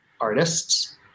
artists